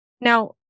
Now